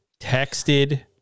Texted